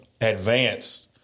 advanced